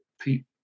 Pete